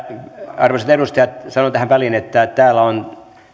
arvoisat edustajat sanon tähän väliin että täällä on